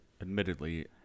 Admittedly